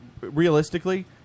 realistically